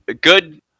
Good